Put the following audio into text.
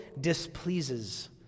displeases